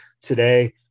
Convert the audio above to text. today